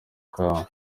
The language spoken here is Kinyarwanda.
kawa